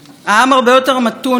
הרבה יותר מקבל את האחר,